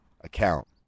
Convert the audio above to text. account